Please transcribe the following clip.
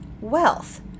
Wealth